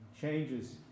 Changes